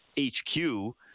HQ